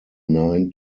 nine